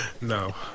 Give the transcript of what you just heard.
No